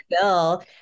bill